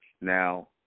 Now